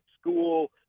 school